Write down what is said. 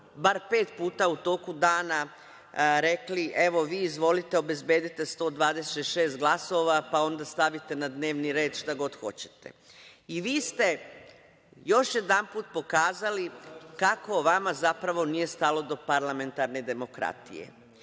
bar pet puta u toku dana rekli - evo, vi izvolite, obezbedite 126 glasova, pa onda stavite na dnevni red šta god hoćete. Vi ste još jednom pokazali kako vama zapravo nije stalo do parlamentarne demokratije.